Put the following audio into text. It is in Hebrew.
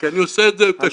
כי אני עושה את זה כשר.